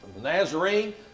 Nazarene